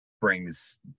brings